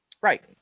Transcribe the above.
Right